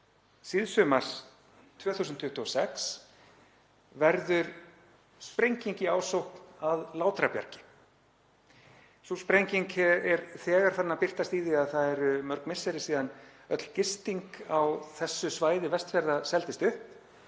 síðsumars 2026 verður sprenging í ásókn að Látrabjargi. Sú sprenging er þegar farin að birtast í því að það eru mörg misseri síðan öll gisting á þessu svæði Vestfjarða seldist